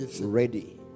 ready